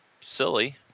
silly